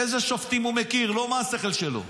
איזה שופטים הוא מכיר, לא מה השכל שלו,